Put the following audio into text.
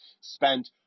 spent